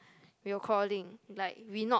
will calling like we not